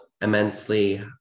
immensely